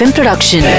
Production